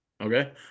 Okay